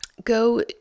go